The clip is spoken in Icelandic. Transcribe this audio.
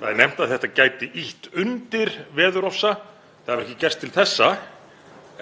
Það er nefnt að þetta gæti ýtt undir veðurofsa. Það hefur ekki gerst til þessa